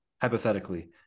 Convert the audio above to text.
hypothetically